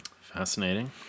fascinating